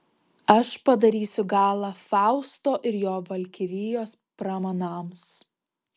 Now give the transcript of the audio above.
aš padarysiu galą fausto ir jo valkirijos pramanams